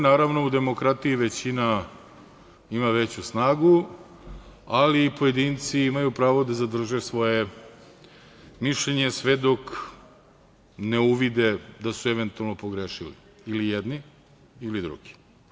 Naravno, u demokratiji većina ima veću snagu, ali i pojedinci imaju pravo da zadrže svoje mišljenje sve dok ne uvide da su eventualno pogrešili, ili jedni ili drugi.